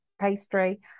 pastry